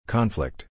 Conflict